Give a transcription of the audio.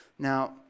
Now